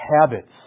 habits